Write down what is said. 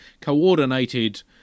coordinated